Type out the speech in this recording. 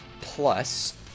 plus